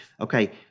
okay